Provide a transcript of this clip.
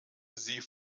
sie